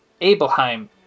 Abelheim